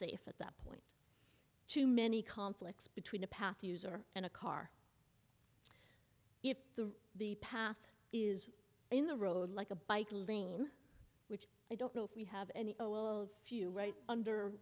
safe at that point too many conflicts between a path user and a car if the the path is in the road like a bike lane which i don't know if we have any few right under